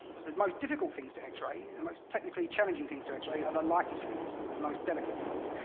the most difficult things to x-ray, the most technically challenging things to x-ray are the lightest things, the most delicate things.